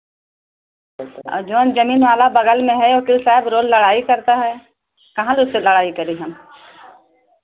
और जौन ज़मीन वाला बगल में है वकील साहब रोज़ लड़ाई करता है काहे ला उससे लड़ाई करें हम